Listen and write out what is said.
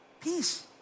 Peace